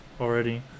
already